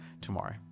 tomorrow